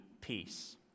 peace